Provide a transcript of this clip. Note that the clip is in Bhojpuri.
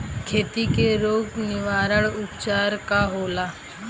खेती के रोग निवारण उपचार का होला?